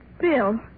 Bill